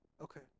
Okay